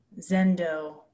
Zendo